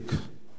תהיה חכם.